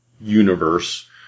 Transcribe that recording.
universe